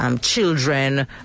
Children